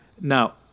Now